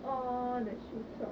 all the shoes shop